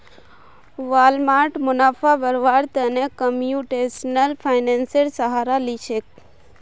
Walmart मुनाफा बढ़व्वार त न कंप्यूटेशनल फाइनेंसेर सहारा ली छेक